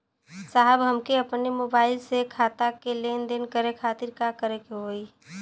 साहब हमके अपने मोबाइल से खाता के लेनदेन करे खातिर का करे के होई?